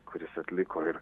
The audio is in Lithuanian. kuris atliko ir